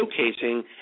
showcasing